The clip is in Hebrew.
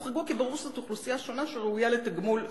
הם הוחרגו כי ברור שזאת אוכלוסייה שונה שראויה לתגמול שונה.